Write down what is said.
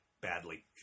badly